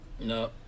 No